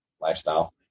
lifestyle